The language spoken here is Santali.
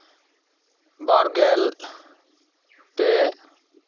ᱵᱟᱨᱜᱮᱞ ᱯᱮ